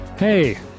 Hey